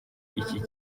iki